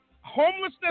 homelessness